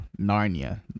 narnia